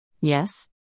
Yes